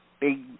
big